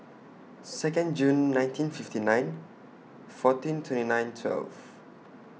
Second June nineteen fifty nine fourteen twenty nine twelve